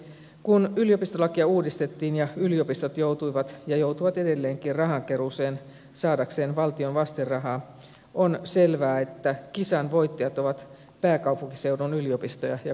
kun yliopistolakia uudistettiin ja yliopistot joutuivat ja joutuvat edelleenkin rahankeruuseen saadakseen valtion vastinrahaa on selvää että kisan voittajat ovat pääkaupunkiseudun yliopistoja ja korkeakouluja